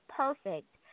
perfect